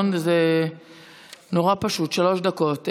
זה נורא פשוט, שלוש דקות.